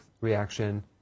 reaction